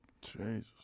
Jesus